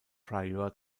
prior